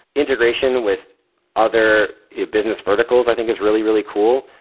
integration with other business verticals i think is really, really cool.